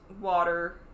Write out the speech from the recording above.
water